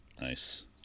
Nice